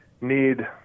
need